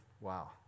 Wow